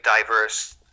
diverse